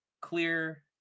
clear